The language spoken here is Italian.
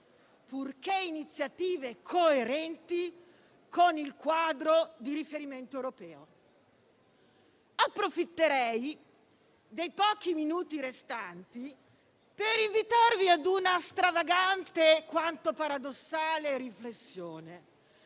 purché iniziative coerenti con il quadro di riferimento europeo. Approfitterei dei pochi minuti restanti per invitarvi ad una stravagante quanto paradossale riflessione,